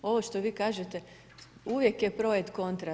Ovo što vi kažete, uvijek je projekt kontra.